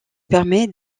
permet